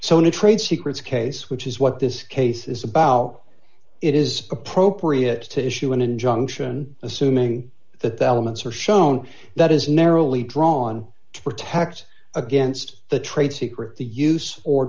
so in a trade secrets case which is what this case is about it is appropriate to issue an injunction assuming that the elements are shown that is narrowly drawn to protect against the trade secret the use or